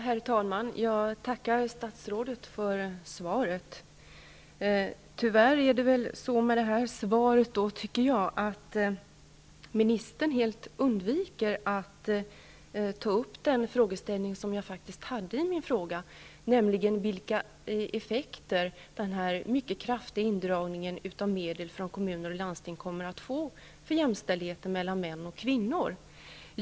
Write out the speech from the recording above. Herr talman! Jag tackar statsrådet för svaret. Tyvärr tycker jag att ministern helt undviker att ta upp den fråga som jag har ställt, nämligen vilka effekter den mycket kraftiga indragningen av medel från kommuner och landsting kommer att få för jämställdheten mellan män och kvinnor.